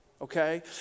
okay